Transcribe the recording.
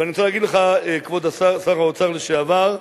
ואני רוצה להגיד לך, כבוד שר האוצר לשעבר,